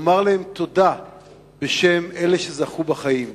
לומר להן תודה בשם אלה שזכו בחיים.